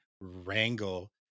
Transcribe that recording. wrangle